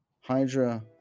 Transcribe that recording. Hydra